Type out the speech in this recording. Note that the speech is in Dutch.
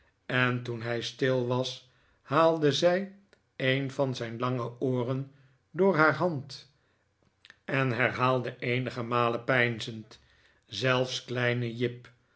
en toen hij stil was haalde zij een van zijn lange ooren door haar hand en herhaalde eenige malen peinzend zelfs kleine jip